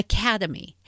Academy